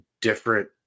different